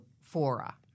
fora